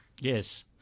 Yes